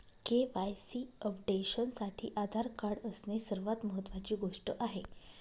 KYC अपडेशनसाठी Aadhaar card असणे सर्वात महत्वाची गोष्ट आहे